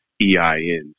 EINs